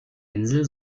insel